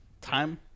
Time